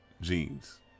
jeans